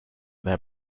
their